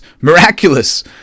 miraculous